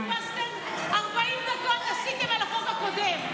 40 דקות עשיתם על החוק הקודם.